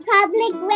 Public